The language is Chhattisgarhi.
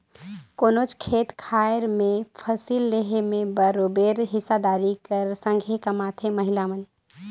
कोनोच खेत खाएर में फसिल लेहे में बरोबेर हिस्सादारी कर संघे कमाथें महिला मन